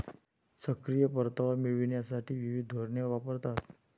सक्रिय परतावा मिळविण्यासाठी विविध धोरणे वापरतात